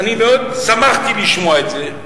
אני מאוד שמחתי לשמוע את זה.